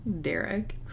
Derek